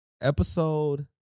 Episode